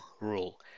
RULE